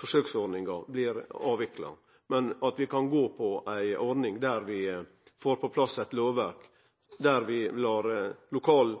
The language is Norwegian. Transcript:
forsøksordninga blir avvikla, men at vi kan gå for ei ordning der vi får på plass eit lovverk der vi tar omsyn til lokal